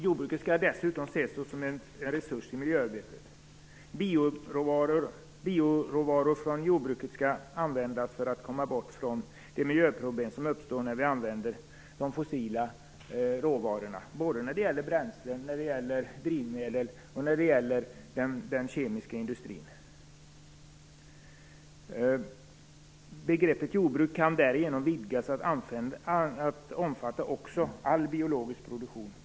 Jordbruket skall dessutom ses som en resurs i miljöarbetet. Bioråvaror från jordbruket skall användas för att komma ifrån de miljöproblem som uppstår när de fossila råvarorna används. Det gäller såväl bränsle och drivmedel som den kemiska industrin. Begreppet jordbruk kan därigenom vidgas till att också omfatta all biologisk produktion.